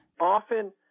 Often